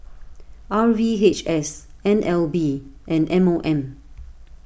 R V H S N L B and M O M